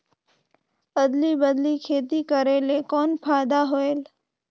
अदली बदली खेती करेले कौन फायदा होयल?